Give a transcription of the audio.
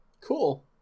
Cool